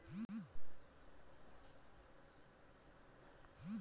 मैं अपनी फसल का बीमा मोबाइल फोन से कैसे कर सकता हूँ?